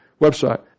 website